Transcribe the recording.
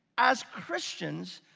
as christians,